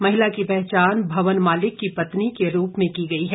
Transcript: महिला की पहचान भवन मालिक की पत्नी के रूप में की गई है